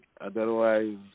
Otherwise